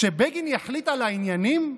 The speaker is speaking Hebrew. שבגין יחליט על העניינים?